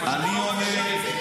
אתה רוצה שאני אבוא לקבינט?